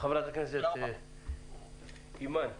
חברת הכנסת אימאן ח'טיב.